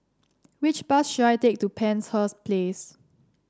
which bus should I take to Penshurst Place